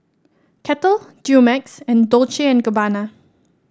Kettle Dumex and Dolce and Gabbana